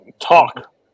talk